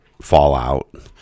fallout